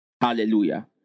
Hallelujah